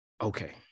okay